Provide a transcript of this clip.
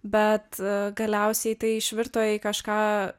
bet galiausiai tai išvirto į kažką